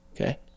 okay